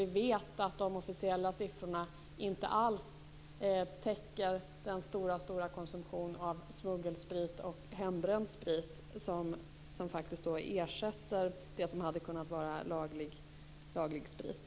Vi vet ju att de officiella siffrorna inte alls täcker den stora konsumtion av smuggelsprit och hembränd sprit som faktiskt ersätter vad som hade kunnat vara laglig sprit.